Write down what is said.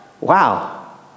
Wow